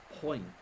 point